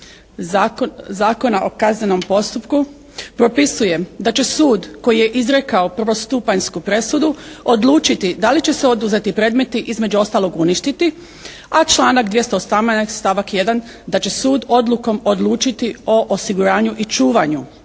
Zakona o kaznenom postupku propisuje da će sud koji je izrekao prvostupanjsku presudu odlučiti da li će se oduzeti predmeti između ostalog uništiti. A članak 218. stavak 1. da će sud odlukom odlučiti o osiguranju i čuvanju.